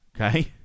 Okay